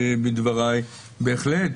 בהחלט